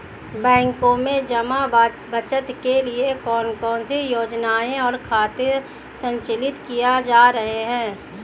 बैंकों में जमा बचत के लिए कौन कौन सी योजनाएं और खाते संचालित किए जा रहे हैं?